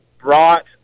brought